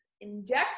Inject